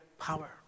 power